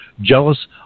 Jealous